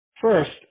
First